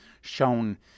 shown